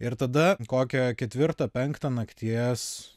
ir tada kokią ketvirtą penktą nakties